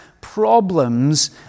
problems